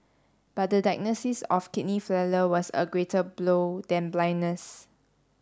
but the diagnosis of kidney failure was a greater blow than blindness